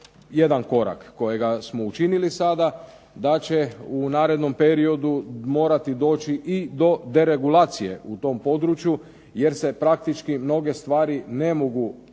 jedan korak kojega smo učinili sada, da će u narednom periodu morati doći i do deregulacije u tom području jer se praktički mnoge stvari ne mogu